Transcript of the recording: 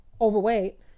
overweight